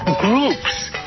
groups